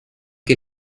que